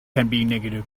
negative